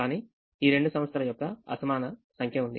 కానీ ఈ రెండు సంస్థల యొక్క అసమాన సంఖ్య ఉంది